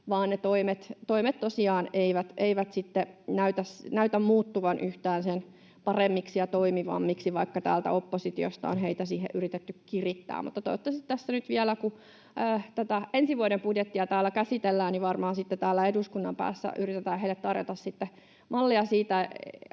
vaan ne toimet tosiaan eivät sitten näytä muuttuvan yhtään sen paremmiksi ja toimivammiksi, vaikka täältä oppositiosta on heitä siihen yritetty kirittää. Tässä nyt vielä, kun tätä ensi vuoden budjettia täällä käsitellään, varmaan täällä eduskunnan päässä yritetään heille tarjota mallia siitä,